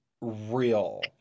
real